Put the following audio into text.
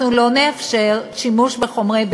אנחנו לא נאפשר שימוש בחומרים,